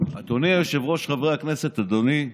היושב-ראש, חברי הכנסת, אדוני,